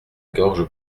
gorge